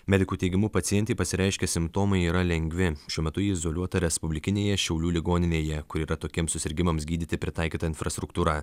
medikų teigimu pacientei pasireiškę simptomai yra lengvi šiuo metu ji izoliuota respublikinėje šiaulių ligoninėje kur yra tokiems susirgimams gydyti pritaikyta infrastruktūra